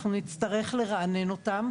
אנחנו נצטרך לרענן אותם,